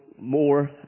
more